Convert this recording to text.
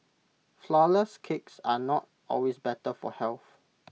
Flourless Cakes are not always better for health